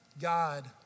God